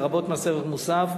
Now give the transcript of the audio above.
לרבות מס ערך מוסף,